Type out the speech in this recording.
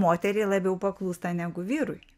moteriai labiau paklūsta negu vyrui